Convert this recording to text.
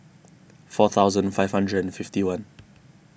four thousand five hundred and fifty one